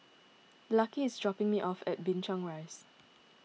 Lucky is dropping me off at Binchang Rise